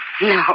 no